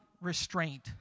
restraint